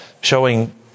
showing